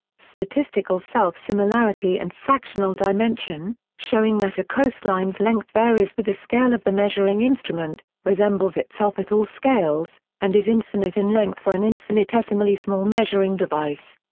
statistical self-similarity and fractional dimension, showing that a coastline's length varies with the scale of the measuring instrument, resembles itself at all scales, and is infinite in length for an infinitesimally small measuring device.